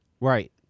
Right